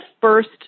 first